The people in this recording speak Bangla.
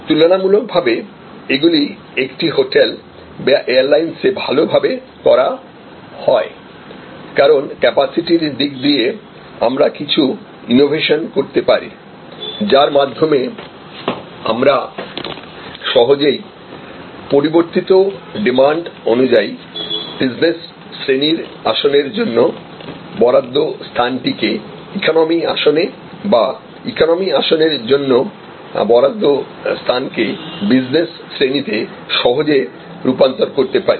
তুলনামূলকভাবে এগুলি একটি হোটেল বা এয়ারলাইন্সে ভাল ভাবে করা হয় কারণক্যাপাসিটির দিক দিয়ে আমরা কিছু ইনোভেশন করতে পারি যার মাধ্যমে আমরা সহজেই পরিবর্তিত ডিমান্ড অনুযায়ী বিজনেস শ্রেণীর আসনের জন্য বরাদ্দ স্থানটিকে ইকোনোমি আসনে বা ইকোনোমি আসনের জন্য বরাদ্দ স্থানকে বিজনেস শ্রেণী তে সহজে রূপান্তর করতে পারি